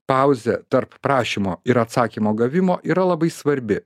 pauzė tarp prašymo ir atsakymo gavimo yra labai svarbi